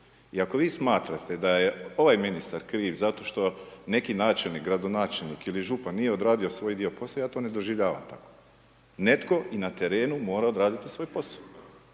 I ako vi smatrate da je ovaj ministar kriv zato što neki načelnik, gradonačelnik ili župan nije odradio svoj dio posla, ja to ne doživljavam tako. Netko i na terenu mora odraditi svoj posao,